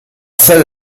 sede